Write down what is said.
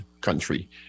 country